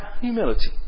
Humility